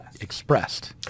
expressed